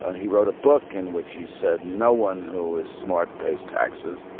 ah he wrote a book in which he said no one who is smart pays taxes.